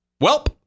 Welp